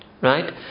right